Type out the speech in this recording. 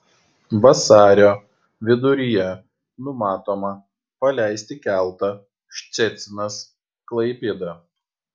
vasario viduryje numatoma paleisti keltą ščecinas klaipėda